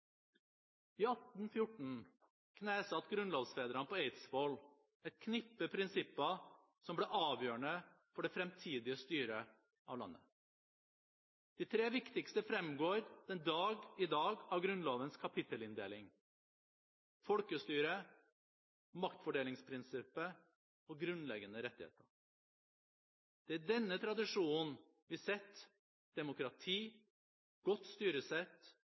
I 1814 knesatte grunnlovsfedrene på Eidsvoll et knippe prinsipper som ble avgjørende for det fremtidige styret av landet. De tre viktigste fremgår den dag i dag av Grunnlovens kapittelinndeling: folkestyre, maktfordelingsprinsippet og grunnleggende rettigheter. Det er i denne tradisjonen vi setter demokrati, godt styresett